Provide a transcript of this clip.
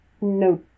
No